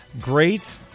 great